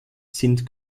sind